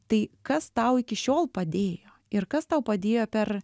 tai kas tau iki šiol padėjo ir kas tau padėjo per